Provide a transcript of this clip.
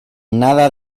nada